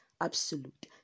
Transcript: absolute